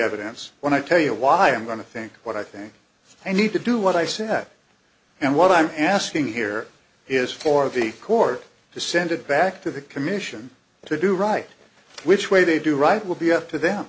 evidence when i tell you why i'm going to think what i think i need to do what i said and what i'm asking here is for the court to send it back to the commission to do right which way they do right will be up to them